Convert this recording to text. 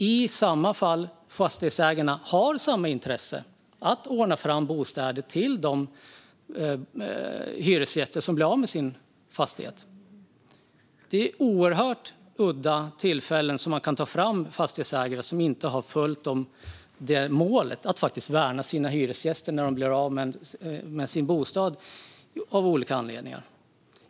I de fall fastighetsägarna har samma intresse - att ordna fram bostäder till de hyresgäster som blir av med sin bostad - är det vid oerhört udda tillfällen man kan ta fram fastighetsägare som inte har följt målet att faktiskt värna sina hyresgäster när dessa blir av med sin bostad av olika anledningar.